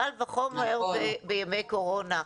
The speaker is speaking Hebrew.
קל וחומר בימי קורונה.